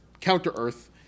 counter-Earth